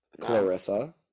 Clarissa